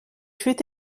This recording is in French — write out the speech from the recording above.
fut